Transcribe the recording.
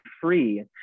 free